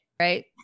right